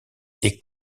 est